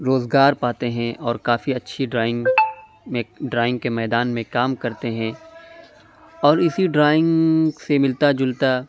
روزگار پاتے ہیں اور کافی اچھی ڈرائنگ میں ڈرائنگ کے میدان میں کام کرتے ہیں اور اسی ڈرائنگ سے ملتا جُلتا